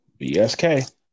BSK